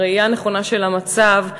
ראייה נכונה של המצב,